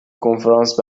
کنفرانس